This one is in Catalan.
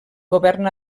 govern